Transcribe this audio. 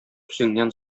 үзеңнән